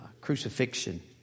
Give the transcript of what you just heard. crucifixion